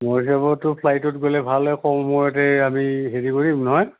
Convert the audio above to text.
মোৰ হিচাপততো ফ্লাইটত গ'লে ভাল হয় কম সময়তে আমি হেৰি কৰিম নহয়